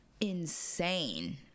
insane